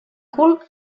cul